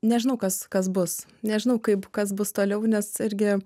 nežinau kas kas bus nežinau kaip kas bus toliau nes irgi